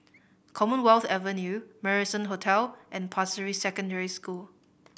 Commonwealth Avenue Marrison Hotel and Pasir Ris Secondary School